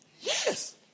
Yes